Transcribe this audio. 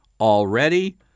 Already